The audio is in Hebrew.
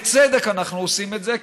בצדק אנחנו עושים את זה,